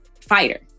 fighter